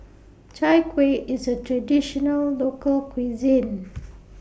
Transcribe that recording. Chai Kueh IS A Traditional Local Cuisine